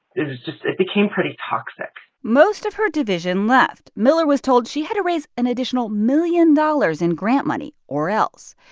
it was just it became pretty toxic most of her division left. miller was told she had to raise an additional million dollars in grant money or else.